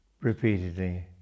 repeatedly